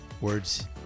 Words